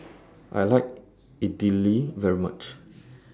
I like Idili very much